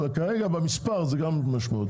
אבל כרגע במספר זה גם משמעותי.